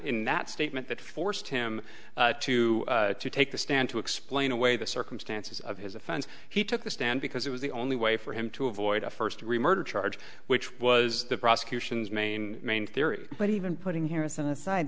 in that statement that forced him to take the stand to explain away the circumstances of his offense he took the stand because it was the only way for him to avoid a first degree murder charge which was the prosecution's main main theory but even putting here is on